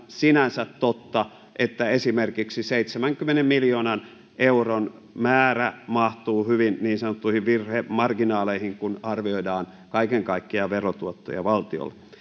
sinänsä aivan totta että esimerkiksi seitsemänkymmenen miljoonan euron määrä mahtuu hyvin niin sanottuihin virhemarginaaleihin kun arvioidaan kaiken kaikkiaan verotuottoja valtiolle